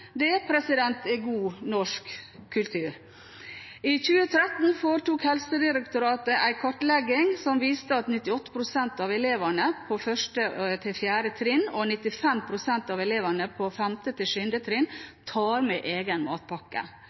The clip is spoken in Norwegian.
2013 foretok Helsedirektoratet en kartlegging som viste at 98 pst. av elevene på 1.–4. trinn og 95 pst. av elevene på 5.–7. trinn tar med egen matpakke.